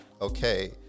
Okay